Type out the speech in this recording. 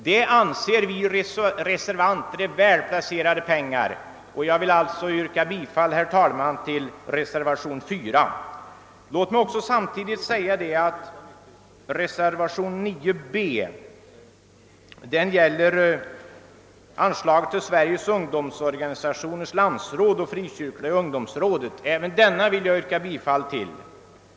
Det anser vi reservanter vara väl placerade pengar, och jag ber, herr talman, att få yrka bifall till reservationen 4. riges ungdomsorganisationers landsråd och till Frikyrkliga ungdomsrådet. Även till denna reservation vill jag yrka bifall.